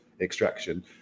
extraction